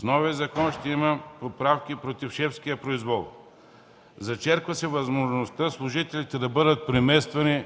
В новия закон ще има поправки срещу шефския произвол. Зачертава се възможността служителите да бъдат премествани